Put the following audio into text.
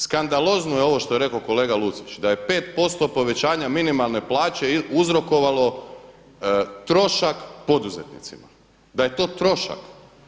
Skandalozno je ovo što je rekao kolega Lucić da je 5% povećanje minimalne plaće uzrokovalo trošak poduzetnicima, da je to trošak.